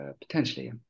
potentially